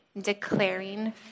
declaring